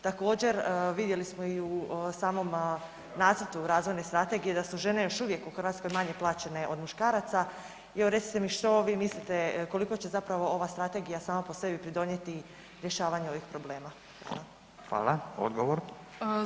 Također vidjeli smo i u samom nacrtu razvojne strategije da su žene još uvijek u Hrvatskoj manje plaćene od muškaraca i evo recite mi što vi mislite koliko će zapravo ova strategija sama po sebi pridonijeti rješavanju ovih problema?